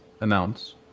announce